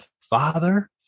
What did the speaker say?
Father